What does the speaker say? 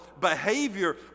behavior